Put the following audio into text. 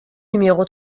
numéro